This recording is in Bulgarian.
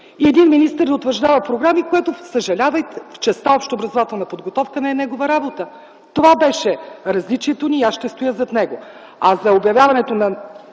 един министър да утвърждава програми, което, съжалявам, но в частта „Общообразователна подготовка”, не е негова работа. Това беше различието ни и аз ще стоя зад него. За обявяването на